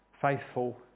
faithful